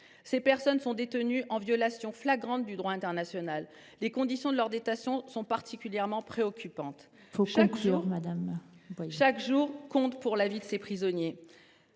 Ces personnes sont détenues en violation flagrante du droit international. Les conditions de leur détention sont particulièrement préoccupantes. Il faut conclure, ma chère